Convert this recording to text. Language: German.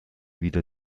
wieder